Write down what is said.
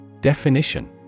Definition